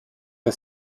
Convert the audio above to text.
der